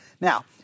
Now